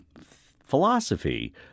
philosophy